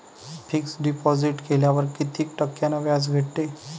Fix deposit केल्यावर कितीक टक्क्यान व्याज भेटते?